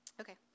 okay